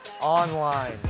online